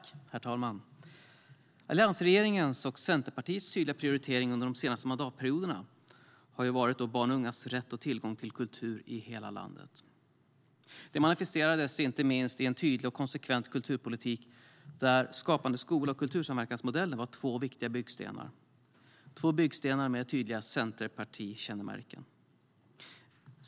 Herr talman! Alliansregeringens och Centerpartiets tydliga prioritering under de senaste mandatperioderna har varit barns och ungas rätt till och tillgång till kultur i hela landet. Det manifesterades inte minst i en tydlig och konsekvent kulturpolitik där Skapande skola och kultursamverkansmodellen var två viktiga byggstenar - två byggstenar med tydliga centerpartikännemärken.